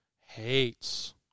hates